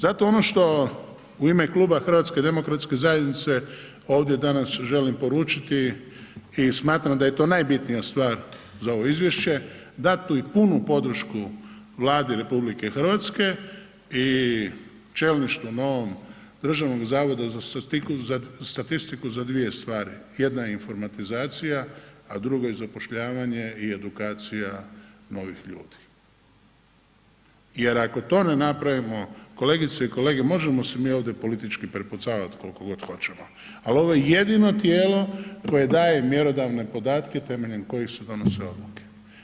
Zato ono što u ime Kluba HDZ-a ovdje danas želim poručiti i smatram da je to najbitnija stvar za ovo izvješće, dat im punu podršku Vladi RH i čelništvu novom Državnog zavoda za statistiku za dvije stvari, jedna je informatizacija, a druga je zapošljavanje i edukacija novih ljudi jer ako to ne napravimo kolegice i kolege možemo se mi ovdje politički prepucavat koliko god hoćemo, al ovo je jedino tijelo koje daje mjerodavne podatke temeljem kojih se donose odluke.